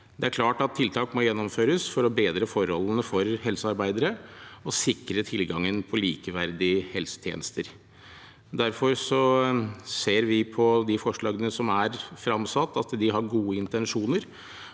Det er klart at tiltak må gjennomføres for å bedre forholdene for helsearbeidere og sikre tilgangen på likeverdige helsetjenester. Derfor ser vi at de forslagene som er fremsatt, har gode intensjoner